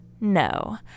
No